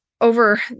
over